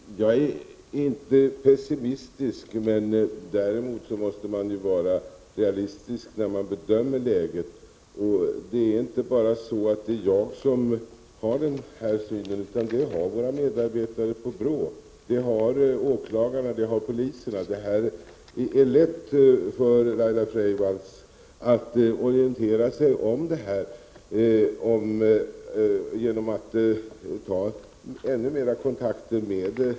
Herr talman! Jag är inte pessimistisk, men däremot måste man vara realistisk när man bedömer läget. Det är inte bara jag som har den här synen, utan den har våra medarbetare på BRÅ, den har åklagare och poliser. Det är lätt för Laila Freivalds att orientera sig om detta genom att ta ännu fler kontakter med dem.